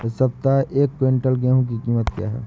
इस सप्ताह एक क्विंटल गेहूँ की कीमत क्या है?